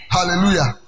Hallelujah